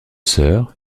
sœurs